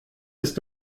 ist